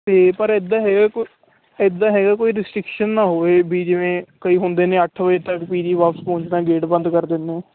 ਅਤੇ ਪਰ ਐਦਾਂ ਹੈਗਾ ਕੋ ਐਦਾਂ ਹੈਗਾ ਕੋਈ ਰਸਿਟ੍ਰਿਕਸ਼ਨ ਨਾ ਹੋਵੇ ਵੀ ਜਿਵੇਂ ਕਈ ਹੁੰਦੇ ਨੇ ਅੱਠ ਵਜੇ ਤੱਕ ਪੀ ਜੀ ਵਾਪਸ ਪਹੁੰਚਣਾ ਗੇਟ ਬੰਦ ਕਰ ਦਿੰਦੇ